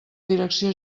direcció